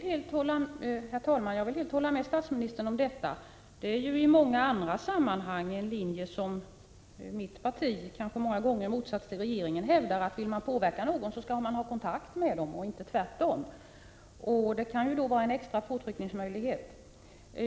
Herr talman! Jag vill hålla med statsministern om detta. En linje som mitt parti i många andra sammanhang, många gånger i motsats till regeringen, hävdar är att vill man påverka någon skall man ha kontakt med denna, inte tvärtom. Det kan innebära en extra påtryckningsmöjlighet.